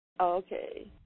Okay